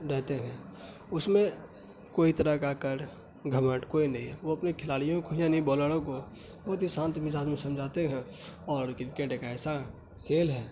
رہتے ہیں اس میں کوئی طرح کا اکڑ گھمنڈ کوئی نہیں ہے وہ اپنے کھلاڑیوں کو یعنی بالروں کو بہت ہی شانت مزاج میں سمجھاتے ہیں اور کرکٹ ایک ایسا کھیل ہے